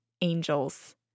angels